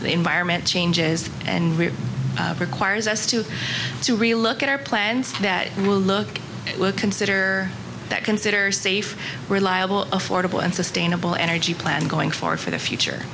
the environment changes and requires us to relook at our plans that will look we'll consider that considers safe reliable affordable and sustainable energy plan going forward for the future